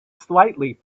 slightly